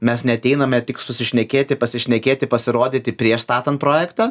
mes neateiname tik susišnekėti pasišnekėti pasirodyti prieš statant projektą